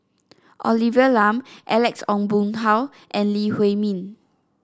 Olivia Lum Alex Ong Boon Hau and Lee Huei Min